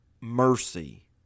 mercy